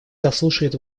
заслушает